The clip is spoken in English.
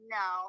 no